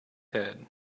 head